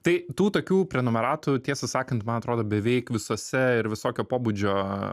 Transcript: tai tų tokių prenumeratų tiesą sakant man atrodo beveik visose ir visokio pobūdžio